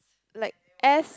like S